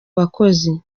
bakozi